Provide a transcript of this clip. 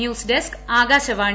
news desk Akashvani